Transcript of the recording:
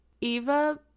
Eva